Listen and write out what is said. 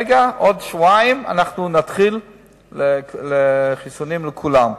בעוד שבועיים אנחנו נתחיל עם חיסונים לכולם,